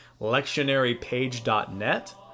lectionarypage.net